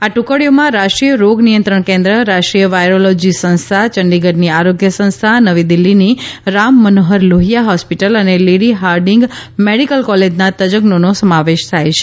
આ ટુકડીઓમાં રાષ્ટ્રીય રોગ નિયંત્રણ કેન્દ્ર રાષ્ટ્રીય વાયરોલોજી સંસ્થા યંડીગઢની આરોગ્ય સંસ્થા નવી દિલ્ફીની રામમનોહર લોહિયા હોસ્પિટલ અને લેડી હાર્ડીંગ મેડીકલ કોલેજના તજજોનો સમાવેશ થાય છે